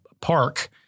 Park